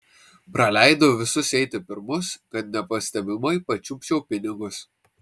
praleidau visus eiti pirmus kad nepastebimai pačiupčiau pinigus